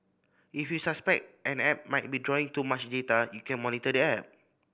if you suspect an app might be drawing too much data you can monitor the app